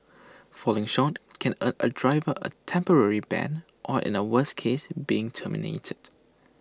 falling short can earn A driver A temporary ban or in A worse case being terminated